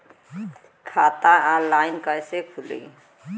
खाता ऑनलाइन कइसे खुली?